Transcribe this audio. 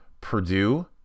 Purdue